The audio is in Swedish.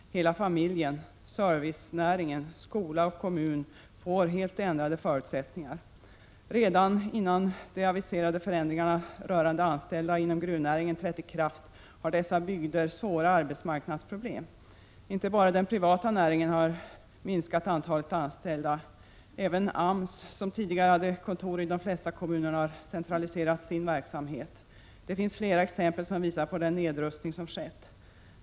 Hela familjen, servicenäringen, skolan och kommunen får helt ändrade förutsättningar. Redan innan de aviserade förändringarna rörande anställda inom gruvnäringen trätt i kraft, har dessa bygder svåra arbetsmarknadsproblem. Inte bara den privata näringen har minskat antalet anställda. Även AMS, som tidigare haft kontor i de flesta kommuner, har centraliserat sin verksamhet. Det finns flera exempel som visar på den nedrustning som skett.